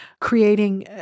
creating